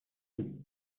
tout